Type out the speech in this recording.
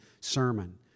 sermon